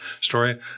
story